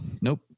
nope